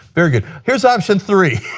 very good, here's option three.